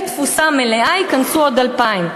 בתפוסה מלאה ייכנסו עוד 2,000,